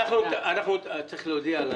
צריך להודיע.